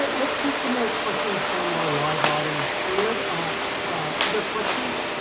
but let's take some more questions from our live audience. priya are there questions?